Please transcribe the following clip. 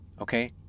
Okay